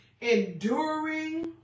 enduring